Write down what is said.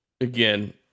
again